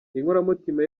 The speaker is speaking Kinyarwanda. inkoramutima